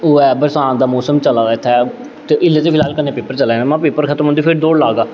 ओह् ऐ बरसांत दा मौसम चला दा इत्थै ते इल्लै ते फिलहाल कन्नै पेपर चला दे न महां पेपर खत्म होंदे फिर दौड़ लाग्गा